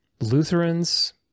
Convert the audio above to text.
Lutherans